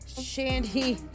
Shandy